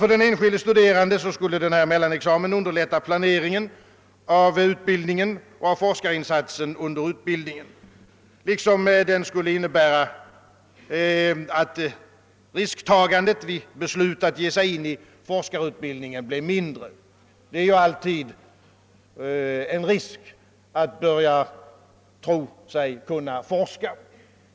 För den enskilde studerande skulle denna mellanexamen underlätta planeringen av utbildningen och av forskarinsatsen under utbildningen liksom den skulle innebära att risktagandet vid beslut att ge sig in i forskarutbildningen blev mindre; det är ju alltid en risk att tro sig om att kunna forska.